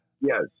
Yes